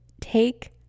take